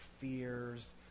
fears